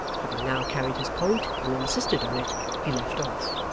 having now carried his point and insisted on it, he left off.